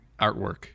artwork